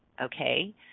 okay